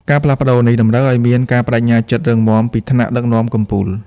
ការផ្លាស់ប្ដូរនេះតម្រូវឱ្យមាន ការប្ដេជ្ញាចិត្តរឹងមាំពីថ្នាក់ដឹកនាំកំពូល។